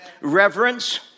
Reverence